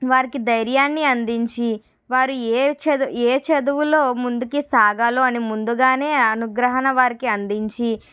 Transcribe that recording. వారికి ధైర్యాన్ని అందించి వారు ఏ చదువులో ముందుకు సాగాలో అని ముందుగానే అనుగ్రహం వారికి అందించి